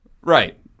Right